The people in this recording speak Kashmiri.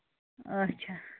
اَچھا